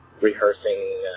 rehearsing